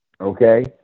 okay